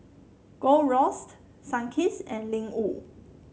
Gold Roast Sunkist and Ling Wu